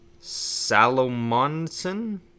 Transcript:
Salomonson